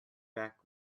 back